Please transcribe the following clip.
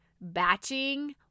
batching